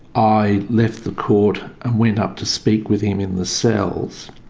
i left the court and went up to speak with him in the cells.